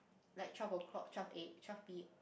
like twelve o-clock twelve A twelve P